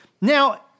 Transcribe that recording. Now